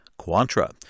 Quantra